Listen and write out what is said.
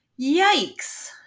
yikes